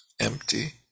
empty